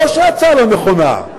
לא שההצעה לא נכונה,